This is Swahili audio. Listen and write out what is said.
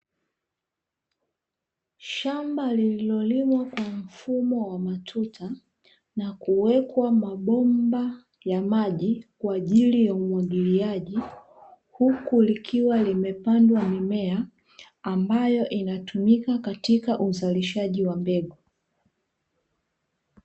Shamba lililolimwa kwa mfumo wa matuta na kuwekwa mabomba ya maji kwa ajili ya umwagiliaji, huku likiwa limepandwa mimea ambayo inatumika katika uzalishaji wa mbegu.